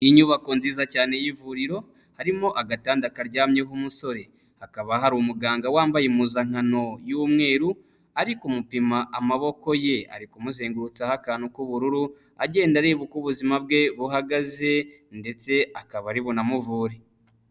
Inyubako nziza cyane y'ivuriro harimo agatanda karyamyeho umusore. Hakaba hari umuganga wambaye impuzankano y'umweru, ari kumupima amaboko ye, ari kumuzengurutsaho akantu k'ubururu, agenda areba uko ubuzima bwe buhagaze ndetse akaba ari bunamuvure.